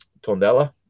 Tondela